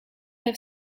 have